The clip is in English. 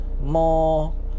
more